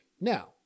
Now